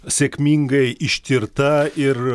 sėkmingai ištirta ir